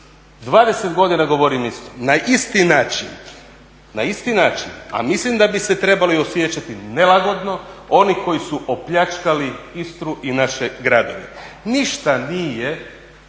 20 godina govorim isto, na isti način. A mislim da bi se trebali osjećati nelagodno oni koji su opljačkali Istru i naše gradove. Ništa nije